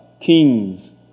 kings